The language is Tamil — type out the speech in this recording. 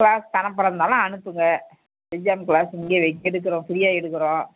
கிளாஸுக்கு அனுப்புறதாந்தாலும் அனுப்புங்கள் எக்ஜாம் கிளாஸ் இங்கே எடுக்கிறோம் ஃப்ரீயாக எடுக்கிறோம்